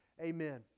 Amen